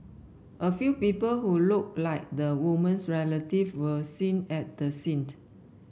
a few people who looked like the woman's relative were seen at the scent